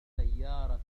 السيارة